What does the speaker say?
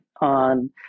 On